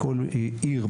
בכל עיר,